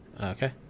Okay